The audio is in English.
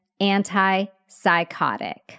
antipsychotic